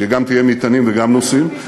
שגם תהיה עם מטענים וגם עם נוסעים,